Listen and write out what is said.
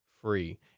free